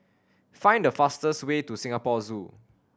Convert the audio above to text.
find the fastest way to Singapore Zoo